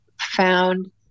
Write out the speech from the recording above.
found